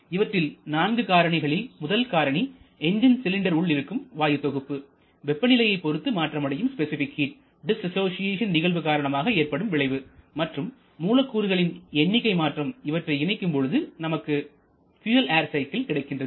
இவற்றில் நான்கு காரணிகளில் முதல் காரணி எஞ்ஜின் சிலிண்டர் உள் இருக்கும் வாயு தொகுப்பு வெப்பநிலையைப் பொருத்து மாற்றமடையும் ஸ்பெசிபிக் ஹீட் டிஸ்அசோஷியேஷன் நிகழ்வு காரணமாக ஏற்படும் விளைவு மற்றும் மூலக்கூறுகளின் எண்ணிக்கை மாற்றம் இவற்றை இணைக்கும் பொழுது நமக்கு பியூயல் ஏர் சைக்கிள் கிடைக்கின்றது